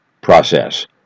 process